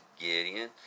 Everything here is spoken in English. Gideon